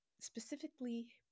specifically